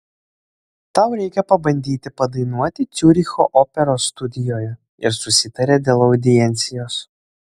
tau reikia pabandyti padainuoti ciuricho operos studijoje ir susitarė dėl audiencijos